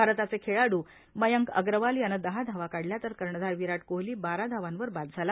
भारताचे खेळाड्र मयंक अग्रवाल यानं दहा धावा काढल्या तर कर्णधार विराट कोहली बारा धावांवर बाद झाला